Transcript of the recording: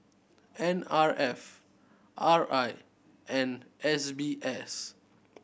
N R F R I and S B S